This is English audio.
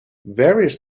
various